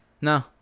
no